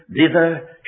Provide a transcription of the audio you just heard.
thither